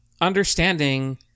understanding